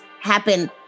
happen